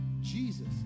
Jesus